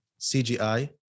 CGI